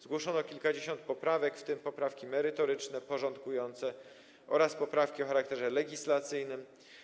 Zgłoszono kilkadziesiąt poprawek, w tym poprawki merytoryczne, porządkujące oraz poprawki o charakterze legislacyjnym.